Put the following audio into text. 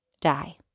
die